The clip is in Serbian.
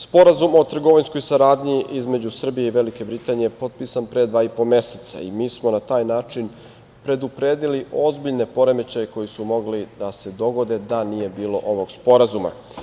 Sporazum o trgovinskoj saradnji između Srbije i Velike Britanije je potpisan pre dva i po meseca i mi smo na taj način predupredili ozbiljne poremećaje koji su mogli da se dogode da nije bilo ovog sporazuma.